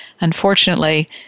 unfortunately